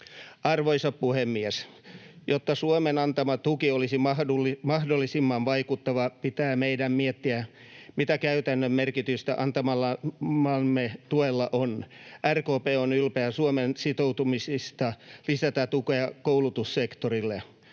Arvoisa puhemies! Jotta Suomen antama tuki olisi mahdollisimman vaikuttavaa, pitää meidän miettiä, mitä käytännön merkitystä antamallamme tuella on. RKP on ylpeä Suomen sitoutumisesta koulutussektorin